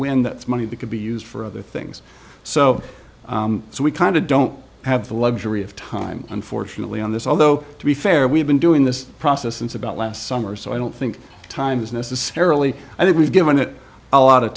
win that's money that could be used for other things so so we kind of don't have the luxury of time unfortunately on this although to be fair we've been doing this process since about last summer so i don't think time is necessarily i think we've given it a lot of